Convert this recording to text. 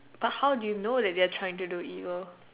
but how do you know that they are trying to do evil